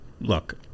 look